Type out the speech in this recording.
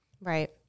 Right